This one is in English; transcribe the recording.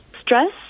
Stress